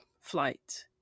flight